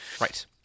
Right